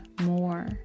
more